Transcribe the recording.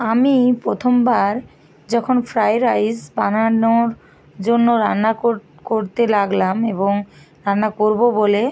আমি প্রথমবার যখন ফ্রায়েড রাইস বানানোর জন্য রান্না করতে লাগলাম এবং রান্না করব বলে